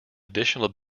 additional